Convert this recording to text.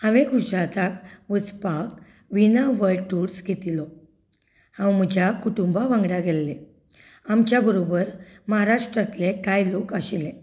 हांवें गुजराताक वचपाक वीणा वर्ल्ड टुर्ज घेतिल्लो हांव म्हज्या कुटुंबा वांगडा गेल्लें आमच्या बरोबर म्हाराष्ट्रांतलें कांय लोक आशिल्ले